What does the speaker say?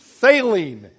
sailing